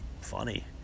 funny